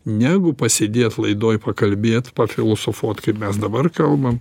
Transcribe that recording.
negu pasėdėt laidoj pakalbėt pafilosofuot kaip mes dabar kalbam